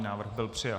Návrh byl přijat.